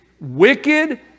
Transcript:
wicked